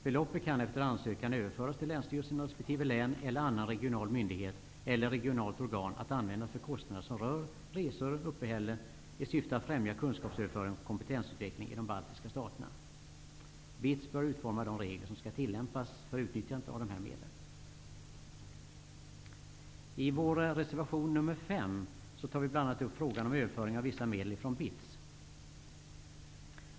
Beloppet kan efter ansökan överföras till länsstyrelsen i resp. län eller annan regional myndighet eller regionalt organ att användas för kostnader som rör resor/uppehälle i syfte att främja kunskapsöverföring och kompetensutveckling i de baltiska staterna. BITS bör utforma de regler som skall tillämpas för utnyttjandet av dessa medel. I vår reservation nummer 5 tar vi upp frågan om ukrediter.